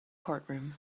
courtroom